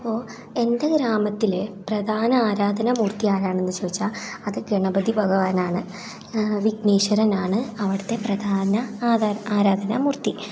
അപ്പോൾ എൻ്റെ ഗ്രാമത്തിൽ പ്രധാന ആരാധനാമൂർത്തി ആരാണെന്ന് ചോദിച്ചാൽ അത് ഗണപതി ഭഗവാനാണ് വിഘ്നേശ്വരനാണ് അവിടുത്തെ പ്രധാന ആധാര ആരാധനാമൂർത്തി